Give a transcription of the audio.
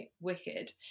wicked